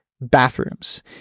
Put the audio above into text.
bathrooms